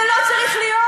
זה לא צריך להיות.